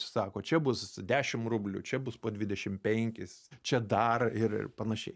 sako čia bus dešim rublių čia bus po dvidešim penkis čia dar ir ir panašiai